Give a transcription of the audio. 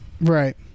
right